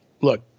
look